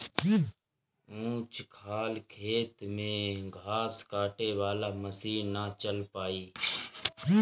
ऊंच खाल खेत में घास काटे वाला मशीन ना चल पाई